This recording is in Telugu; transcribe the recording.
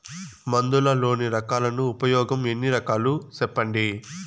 మందులలోని రకాలను ఉపయోగం ఎన్ని రకాలు? సెప్పండి?